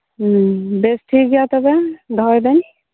ᱦᱮᱸ ᱵᱮᱥ ᱴᱷᱤᱠ ᱜᱮᱭᱟ ᱛᱚᱵᱮ ᱫᱚᱦᱚᱭ ᱫᱟᱹᱧ